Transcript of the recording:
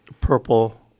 purple